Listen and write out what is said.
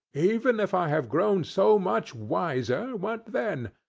even if i have grown so much wiser, what then?